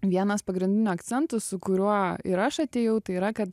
vienas pagrindinių akcentų su kuriuo ir aš atėjau tai yra kad